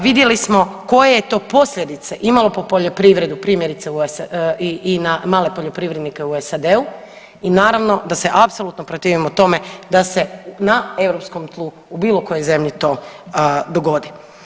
Vidjeli smo koje je to posljedice imalo po poljoprivredu primjerice u, i na male poljoprivrednike u SAD-u i naravno da se apsolutno protivimo tome da se na europskom tlu u bilo kojoj zemlji to dogodi.